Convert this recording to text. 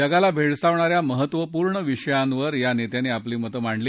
जगाला भेडसावणा या महत्त्वपूर्ण विषयांवर या नेत्यांनी आपली मतं मांडली